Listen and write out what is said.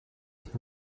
thil